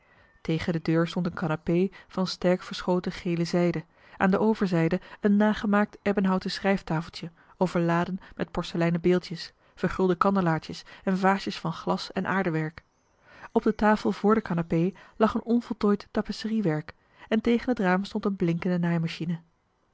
tegen de deur stond een canapé van sterk verschoten gele zijde aan de overzijde een nagemaakt ebbenhouten schrijftafeltje overladen met porseleinen beeldjes vergulde kandelaartjes en vaasjes van glas en aardewerk op de tafel voor de canapé lag een onvoltooid tapisseriewerk en tegen het raam stond een blinkende naaimachine